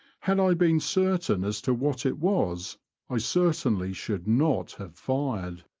had i been certain as to what it was i certainly should not have fired.